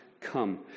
come